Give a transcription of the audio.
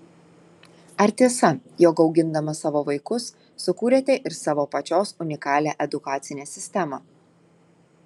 ar tiesa jog augindama savo vaikus sukūrėte ir savo pačios unikalią edukacinę sistemą